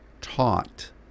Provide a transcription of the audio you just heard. taught